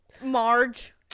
Marge